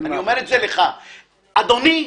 אדוני,